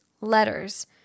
letters